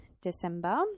December